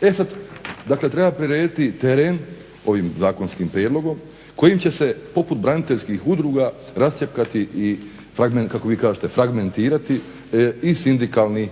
E sada treba prirediti teren ovim zakonskim prijedlogom koji će se poput braniteljskih udruga rascjepkati i kako vi kažete fragmentirati i sindikalni